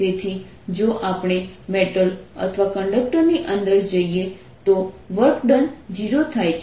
તેથી જો આપણે મેટલ અથવા કંડક્ટર ની અંદર જઇએ તો વર્ક ડન 0 થાય છે